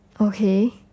Okay